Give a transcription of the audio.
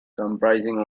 comprising